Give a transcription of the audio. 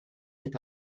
cet